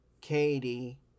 Katie